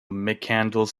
mccandless